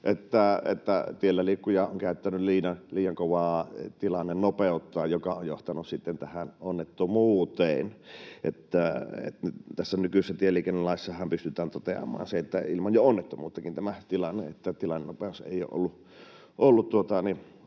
että tielläliikkuja on käyttänyt liian kovaa tilannenopeutta, mikä on johtanut sitten tähän onnettomuuteen. Tässä nykyisessä tieliikennelaissahan pystytään toteamaan jo ilman onnettomuuttakin tämä tilanne, että tilannenopeus ei ole ollut